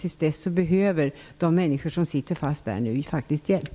Till dess behöver de människor som sitter fast där faktiskt hjälp.